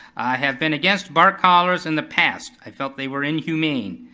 have been against bark collars in the past. i felt they were inhumane.